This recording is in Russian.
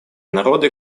народы